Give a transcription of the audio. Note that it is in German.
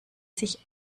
sich